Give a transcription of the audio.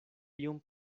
iom